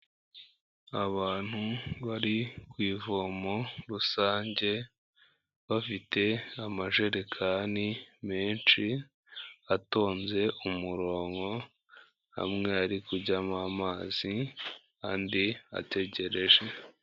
Abantu bari ku ivomo rusange bafite amajerekani menshi, atonze umurongo, amwe ari kujyamo mazi andi ategereje.